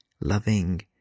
loving